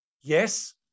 Yes